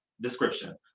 description